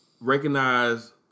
recognize